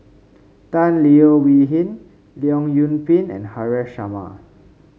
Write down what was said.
Tan Leo Wee Hin Leong Yoon Pin and Haresh Sharma